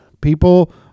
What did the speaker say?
people